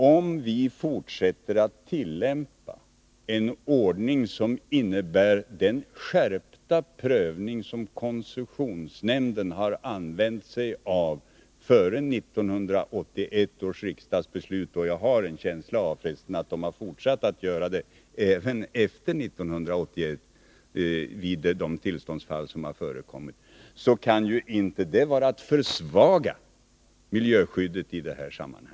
Om vi fortsätter att tillämpa en ordning som innebär den skärpta prövning som koncessionsnämnden har använt före 1981 års riksdagsbeslut — jag har f. ö. också en känsla av att den har fortsatt med den även efter 1981 i de tillståndsfall som har förekommit — kan det inte vara ägnat att försvaga miljöskyddet i detta sammanhang.